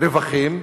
רווחים,